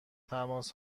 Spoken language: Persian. تماس